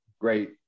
great